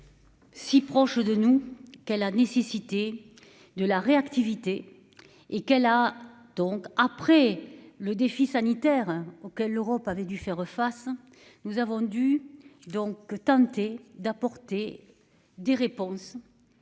Si proche de nous, qu'est la nécessité de la réactivité et qu'elle a, donc après le défi sanitaire que l'Europe avait dû faire face nous avons dû donc tenter d'apporter des réponses.